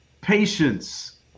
patience